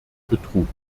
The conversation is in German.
betrug